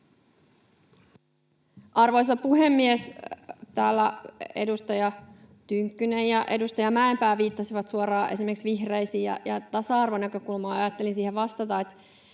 Arvoisa puhemies! Täällä edustaja Tynkkynen ja edustaja Mäenpää viittasivat suoraan esimerkiksi vihreisiin ja tasa-arvonäkökulmaan. Ajattelin siihen vastata, että